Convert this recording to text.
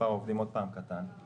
רואים שמספר העובדים קטן שוב.